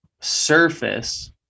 surface